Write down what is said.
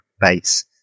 base